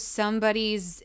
somebody's